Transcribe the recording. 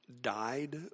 died